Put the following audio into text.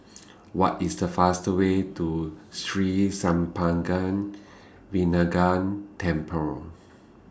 What IS The fast Way to Sri Senpaga Vinayagar Temple